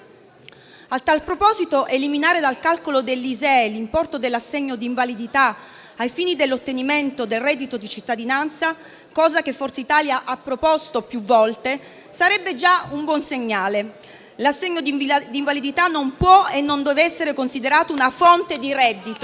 A tal proposito, eliminare dal calcolo dell'ISEE l'importo dell'assegno di invalidità ai fini dell'ottenimento del reddito di cittadinanza, cosa che Forza Italia ha più volte proposto, sarebbe già un buon segnale. L'assegno di invalidità non può e non deve essere considerato una fonte di reddito